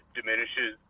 diminishes